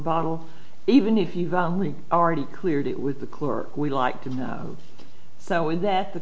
bottle even if you've only already cleared it with the clerk we'd like to know so we that the